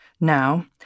Now